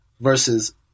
versus